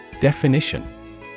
Definition